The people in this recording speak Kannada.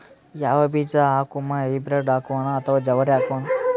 ಯಾವ ಬೀಜ ಹಾಕುಮ, ಹೈಬ್ರಿಡ್ ಹಾಕೋಣ ಅಥವಾ ಜವಾರಿ?